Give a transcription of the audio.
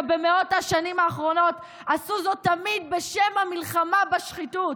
במאות השנים האחרונות עשו זאת תמיד בשם המלחמה בשחיתות.